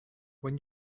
when